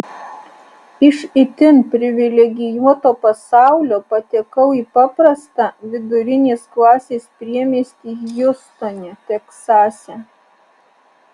iš itin privilegijuoto pasaulio patekau į paprastą vidurinės klasės priemiestį hjustone teksase